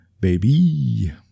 Baby